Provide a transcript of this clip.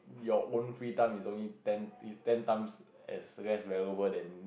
your own free time is only ten is ten times as less valuable than